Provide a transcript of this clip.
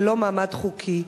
ללא מעמד חוקי.